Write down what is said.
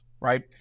right